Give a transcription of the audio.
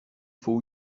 faut